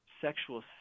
sexual